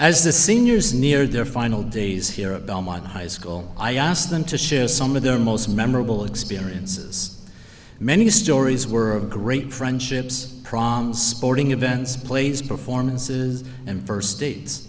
as the seniors neared their final days here at belmont high school i asked them to share some of their most memorable experiences many stories were of great friendships prong sporting events plays performances and first dates